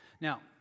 Now